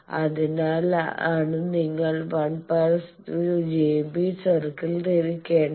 അതിനാലാണ് നിങ്ങൾ 1 j B circle തിരിക്കേണ്ടത്